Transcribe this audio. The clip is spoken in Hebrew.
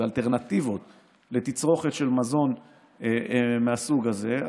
ואלטרנטיבות לתצרוכת של מזון מהסוג הזה,